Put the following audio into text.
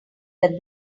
that